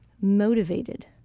motivated